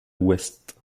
ouest